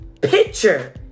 picture